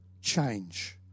change